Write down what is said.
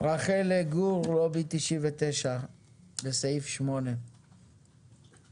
רחל גור לובי 99. לגבי סעיף 8. שלום,